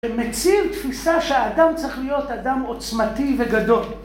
מציב תפיסה שהאדם צריך להיות אדם עוצמתי וגדול